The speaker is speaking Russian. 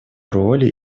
роли